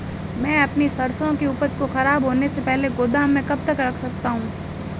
मैं अपनी सरसों की उपज को खराब होने से पहले गोदाम में कब तक रख सकता हूँ?